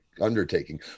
undertaking